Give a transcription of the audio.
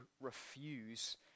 refuse